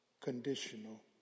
conditional